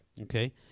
Okay